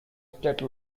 state